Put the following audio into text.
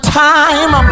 time